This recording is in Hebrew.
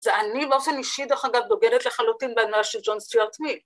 ‫זה אני באופן אישי דרך אגב דוגלת ‫לחלוטין בהנאה של ג'ון סטיואט מיל